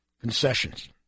Concessions